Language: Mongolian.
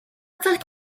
цагт